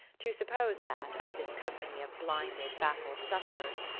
to suppose that, of this company of blinded baffled sufferers,